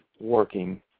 working